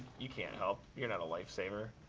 you can't help. you're not a life-saver.